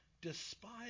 despise